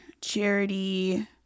Charity